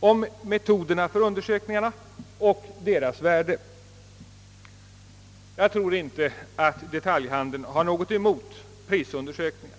om metoderna för dessa och om deras värde. Jag tror inte att detaljhandeln har något emot prisundersökningar.